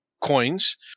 coins